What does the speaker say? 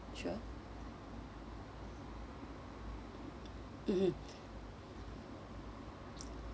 sure mmhmm